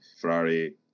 Ferrari